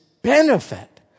benefit